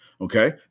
Okay